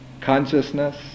consciousness